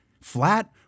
flat